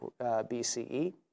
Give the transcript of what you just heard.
BCE